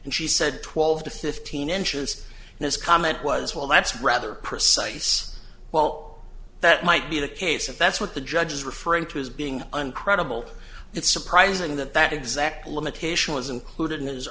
and she said twelve to fifteen inches and his comment was well that's rather precise well that might be the case and that's what the judge is referring to as being uncredible it's surprising that that exact limitation was included in his